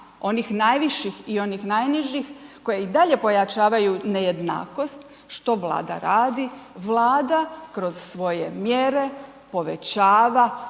onih najviših i onih najnižih koji i dalje pojačavaju nejednakost, što Vlada radi, Vlada kroz svoje mjere povećava